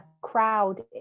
crowd